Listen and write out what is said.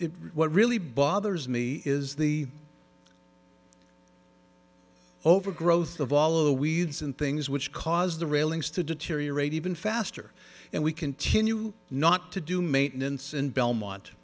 sim what really bothers me is the overgrowth of all of the weeds and things which cause the railings to deteriorate even faster and we continue not to do maintenance in belmont